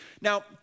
Now